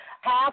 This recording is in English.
half